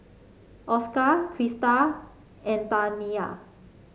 Oscar Krista and Taniyah